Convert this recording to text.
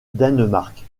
danemark